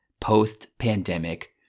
post-pandemic